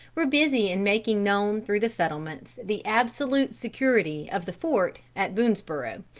were busy in making known through the settlements the absolute security of the fort at boonesborough,